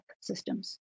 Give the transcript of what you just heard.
systems